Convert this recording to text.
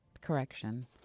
Correction